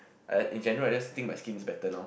I in general I just think my skin is better now